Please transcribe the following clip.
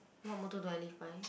what motto do I live by